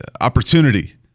opportunity